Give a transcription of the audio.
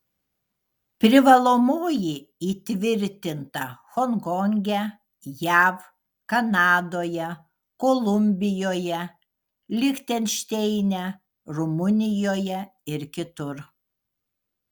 privalomoji įtvirtinta honkonge jav kanadoje kolumbijoje lichtenšteine rumunijoje ir kitur